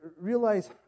realize